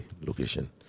location